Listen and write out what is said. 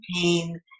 pain